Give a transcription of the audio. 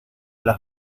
las